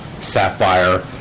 sapphire